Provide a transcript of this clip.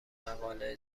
مقاله